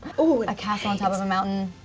oh! a castle on top of a mountain.